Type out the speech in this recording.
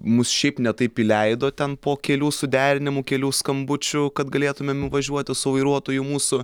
mus šiaip ne taip įleido ten po kelių suderinimų kelių skambučių kad galėtumėm nuvažiuoti su vairuotoju mūsų